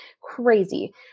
crazy